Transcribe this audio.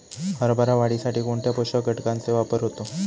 हरभरा वाढीसाठी कोणत्या पोषक घटकांचे वापर होतो?